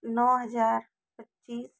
नौ हज़ार पच्चीस